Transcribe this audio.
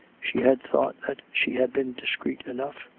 she had thought that she had been discreet enough,